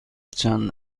چند